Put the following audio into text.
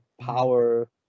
power